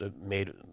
made